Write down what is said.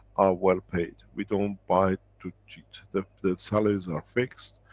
are well-paid, we don't buy to cheat, the, the salaries are fixed,